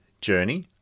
journey